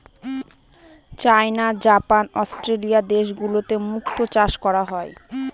চাইনা, Japan, Australia দেশগুলোতে মুক্তো চাষ করা হয়